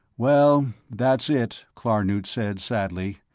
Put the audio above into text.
well, that's it, klarnood said sadly.